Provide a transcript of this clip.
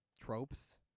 tropes